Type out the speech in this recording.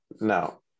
No